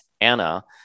Anna